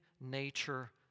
nature